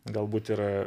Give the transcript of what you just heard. galbūt yra